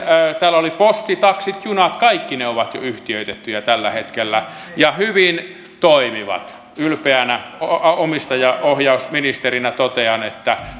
täällä olivat esillä posti taksit junat kaikki ne ovat yhtiöitettyjä tällä hetkellä ja hyvin toimivat ylpeänä omistajaohjausministerinä totean että